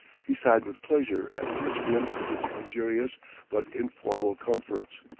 he sighed with pleasure at first glimpse of its luxurious but informal comforts,